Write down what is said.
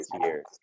years